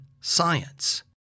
science